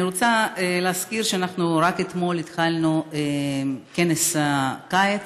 אני רוצה להזכיר שרק אתמול התחלנו את כנס הקיץ,